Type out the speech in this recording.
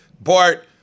Bart